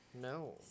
no